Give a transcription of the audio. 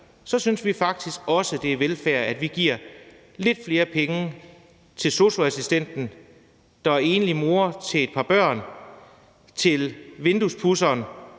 faktisk også, det er velfærd, at vi giver lidt flere penge til sosu-assistenten, der er enlig mor til et par børn, og til vinduespudseren,